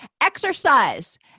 Exercise